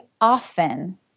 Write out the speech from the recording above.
often